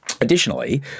Additionally